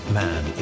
man